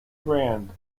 brand